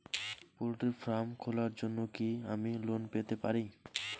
Poultry farm খোলার জন্য কি আমি লোন পেতে পারি?